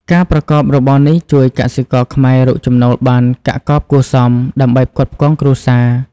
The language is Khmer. ការប្រកបរបរនេះជួយកសិករខ្មែររកចំណូលបានកាក់កបគួរសម ដើម្បីផ្គត់ផ្គង់គ្រួសារ។